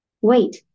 Wait